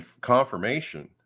confirmation